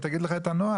היא תגיד לך את הנוהל.